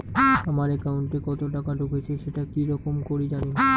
আমার একাউন্টে কতো টাকা ঢুকেছে সেটা কি রকম করি জানিম?